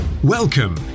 Welcome